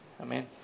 Amen